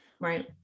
Right